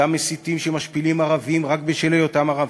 אותם מסיתים שמשפילים ערבים רק בשל היותם ערבים.